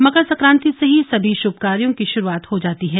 मकर संक्रांति से ही सभी शुभ कार्यों की शुरुआत हो जाती है